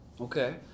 Okay